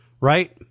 right